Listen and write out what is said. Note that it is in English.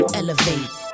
elevate